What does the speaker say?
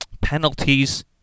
penalties